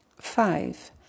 Five